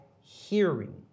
hearing